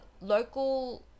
local